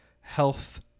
health